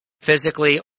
physically